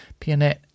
pianette